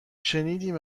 شنیدیم